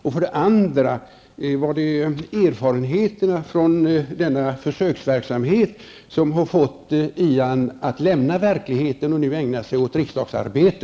Och är det erfarenheterna från denna försöksverksamhet som har fått Ian att lämna verkligheten och nu ägna sig åt riksdagsarbete?